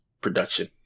production